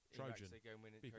Trojan